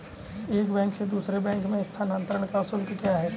एक बैंक से दूसरे बैंक में स्थानांतरण का शुल्क क्या है?